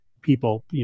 people